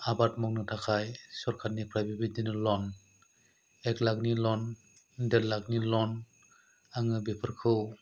आबाद मावनो थाखाय सरकारनिफ्राय बेबादिनो लन एक लाखनि लन देर लाखनि लन आङो बेफोरखौ